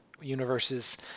universes